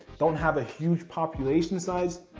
don't have a huge population size.